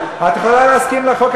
את יכולה להסכים לחוק,